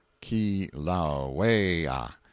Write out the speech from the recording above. Kilauea